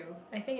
I think it